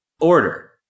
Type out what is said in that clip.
order